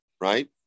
right